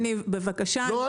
לא,